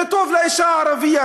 זה טוב לאישה הערבייה,